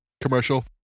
commercial